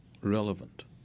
relevant